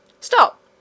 Stop